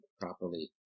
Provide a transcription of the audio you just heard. properly